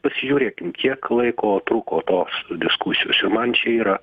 pasižiūrėkim kiek laiko truko tos diskusijos jau man čia yra